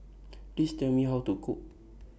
Please Tell Me How to Cook